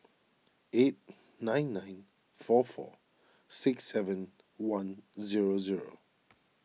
eight nine nine four four six seven one zero zero